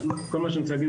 כל מה שאני רוצה להגיד,